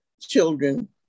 children